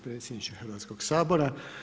predsjedniče Hrvatskog sabora.